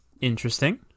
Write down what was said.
Interesting